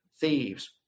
thieves